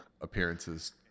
appearances